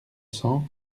cents